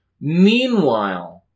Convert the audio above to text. Meanwhile